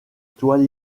toile